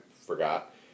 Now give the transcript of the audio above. forgot